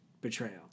betrayal